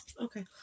Okay